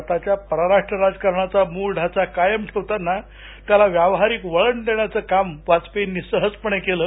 भारताच्या परराष्ट्र राजकारणाचा मूळ ढाचा कायम ठेवताना त्याला व्यावहारिक वळण देण्याचे काम वाजपेयी यांनी सहजपणे केलं